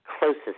closest